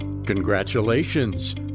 Congratulations